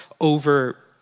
over